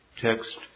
Text